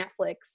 Netflix